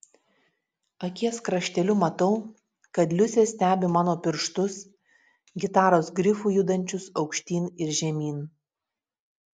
akies krašteliu matau kad liusė stebi mano pirštus gitaros grifu judančius aukštyn ir žemyn